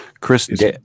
Chris